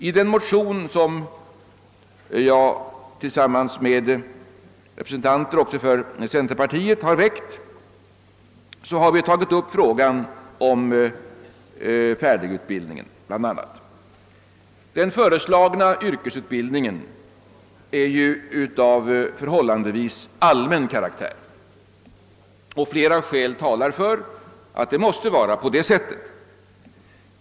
I den motion som jag tillsammans med representanter för centerpartiet väckt har vi tagit upp frågan om bl.a. färdigutbildningen. Den föreslagna yrkesutbildningen är ju av förhållandevis allmän karaktär, och flera skäl talar för att det måste vara på det sättet.